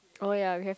oh ya we have